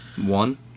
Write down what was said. one